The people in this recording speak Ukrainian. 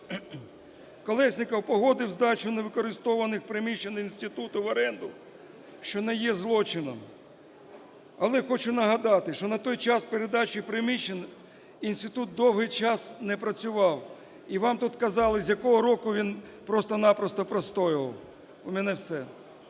Колєсніков погодив здачу невикористовуваних приміщень інституту в оренду, що не є злочином. Але хочу нагадати, що на той час передачі приміщень інститут довгий час не працював і вам тут казали з якого року він просто-на-просто простоював. У мене все.